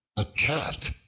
a cat,